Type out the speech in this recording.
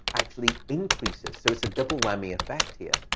actually increases. so it's a double whammy effect here.